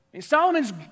Solomon's